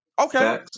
Okay